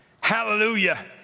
hallelujah